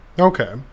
Okay